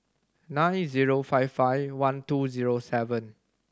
nine zero five five one two zero seven